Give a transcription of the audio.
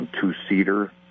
two-seater